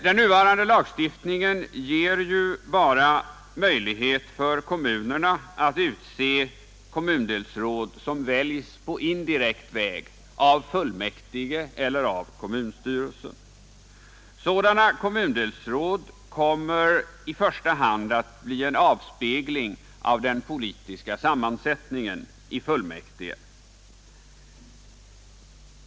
Den nuvarande lagstiftningen ger ju bara möjlighet för kommunerna att utse kommundelsråd som väljs på indirekt väg av fullmäktige eller av kommunstyrelsen. Sådana kommundelsråd kommer i första hand att bli en avspegling av den politiska sammansättningen av fullmäktige.